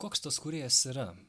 koks tas kūrėjas yra